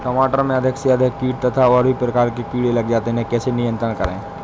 टमाटर में अधिक से अधिक कीट तथा और भी प्रकार के कीड़े लग जाते हैं इन्हें कैसे नियंत्रण करें?